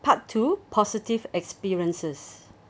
part two positive experiences